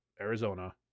Arizona